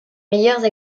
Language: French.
meilleurs